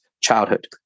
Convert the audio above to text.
childhood